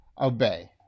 Obey